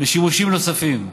ושימושים נוספים.